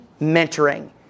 mentoring